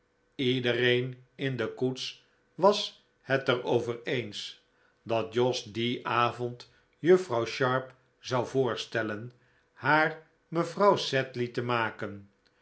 iedereen in de koets was het er over eens dat jos dien avond juffrouw sharp zou voorstellen haar mevrouw sedley te maken